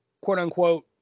quote-unquote